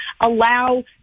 allow